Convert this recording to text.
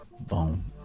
Boom